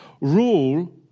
rule